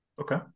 okay